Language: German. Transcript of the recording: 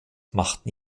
machten